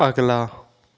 ਅਗਲਾ